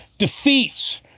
defeats